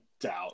doubt